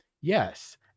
Yes